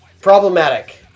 Problematic